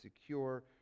secure